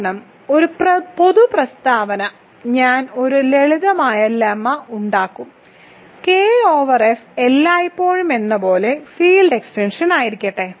കാരണം ഒരു പൊതു പ്രസ്താവന ഞാൻ ഒരു ലളിതമായ ലെമ്മ ഉണ്ടാക്കും K ഓവർ F എല്ലായ്പ്പോഴും എന്നപോലെ ഫീൽഡ് എക്സ്റ്റൻഷൻ ആയിരിക്കട്ടെ